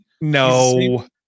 No